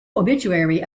obituary